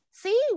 See，